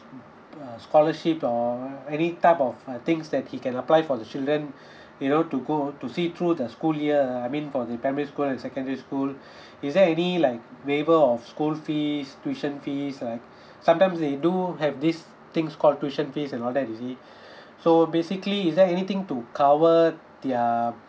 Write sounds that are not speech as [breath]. uh scholarship or a~ any type of uh things that he can apply for the children [breath] you know to go to see through the school year I mean for the primary school and secondary school [breath] is there any like waiver of school fees tuition fees like [breath] sometimes they do have these things called tuition fees and all that you see [breath] so basically is there anything to cover the um